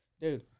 dude